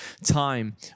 time